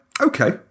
Okay